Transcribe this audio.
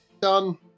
Done